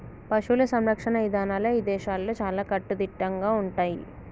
పశువుల సంరక్షణ ఇదానాలు ఇదేశాల్లో చాలా కట్టుదిట్టంగా ఉంటయ్యి